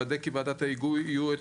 לוודא כי לוועדת ההיגוי יהיו את